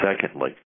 secondly